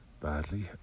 badly